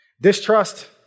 Distrust